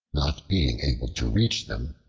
not being able to reach them,